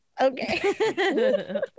okay